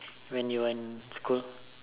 when you're in school